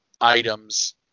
items